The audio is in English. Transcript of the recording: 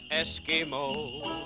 Eskimo